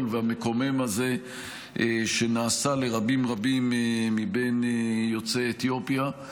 והמקומם הזה שנעשה לרבים רבים מבין יוצאי אתיופיה.